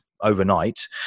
overnight